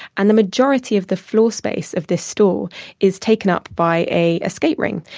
and the majority of the floor space of this store is taken up by a skate ring,